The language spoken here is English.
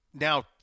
now